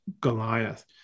Goliath